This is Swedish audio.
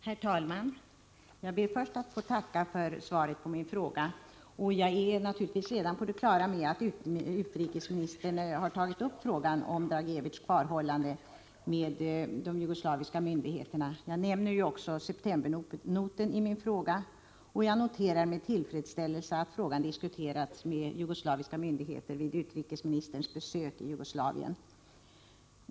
Herr talman! Jag ber först att få tacka för svaret på min fråga. Jag är naturligtvis redan på det klara med att utrikesministern har tagit upp frågan om Dragicevics kvarhållande med de jugoslaviska myndigheterna — jag nämner ju också septembernoten i min fråga — och jag noterar med tillfredsställelse att frågan diskuterats med jugoslaviska myndigheter vid Nr 47 utrikesministerns besök i Jugoslavien.